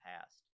past